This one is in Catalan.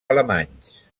alemanys